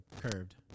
curved